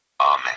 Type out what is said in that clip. Amen